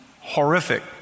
horrific